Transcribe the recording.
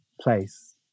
place